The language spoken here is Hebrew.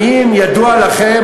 האם ידוע לכם,